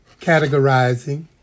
categorizing